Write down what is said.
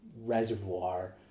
reservoir